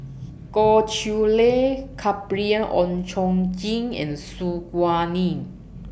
Goh Chiew Lye Gabriel Oon Chong Jin and Su Guaning